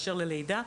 באשר ללידה,